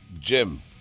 Jim